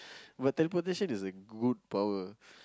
but teleportation is a good power